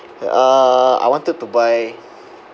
uh I wanted to buy